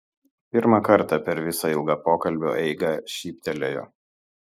pirmą kartą per visą ilgą pokalbio eigą šyptelėjo